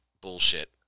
bullshit